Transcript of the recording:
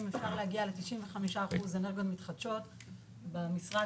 אפשר להגיע ל-95% אנרגיות מתחדשות במשרד.